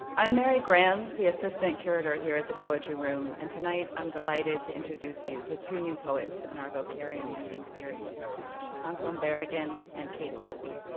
i'm mary graham, the assistant curator here at the poetry room. and tonight, i'm delighted to introduce you to two new poets in our vocarium reading series anselm berrigan and kate colby.